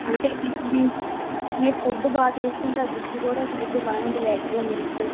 అంటే మీరు ఫుడ్డు బాగా తీసుకుంటే ఆ జుట్టుకూడా సరిగ్గా బాగానే ఉంటాది ఎగ్గు మిల్కు